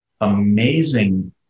amazing